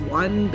one